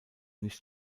nicht